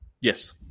Yes